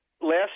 last